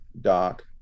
doc